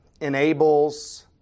enables